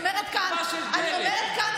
גברתי,